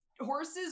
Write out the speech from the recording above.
horses